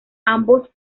ambos